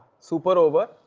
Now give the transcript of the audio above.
super over.